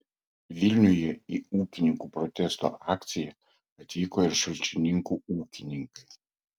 vilniuje į ūkininkų protesto akciją atvyko ir šalčininkų ūkininkai